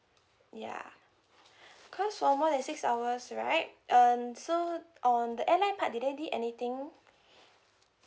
ya cause for more than six hours right um so on the airline part did they did anything